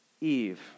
Eve